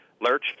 Lurch